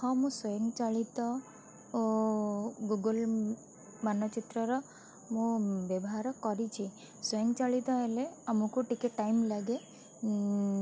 ହଁ ମୁଁ ସ୍ୱୟଂଚାଳିତ ଓ ଗୁଗୁଲ୍ ମାନଚିତ୍ରର ମୁଁ ବ୍ୟବହାର କରିଛି ସ୍ୱୟଂଚାଳିତ ହେଲେ ଆମକୁ ଟିକେ ଟାଇମ୍ ଲାଗେ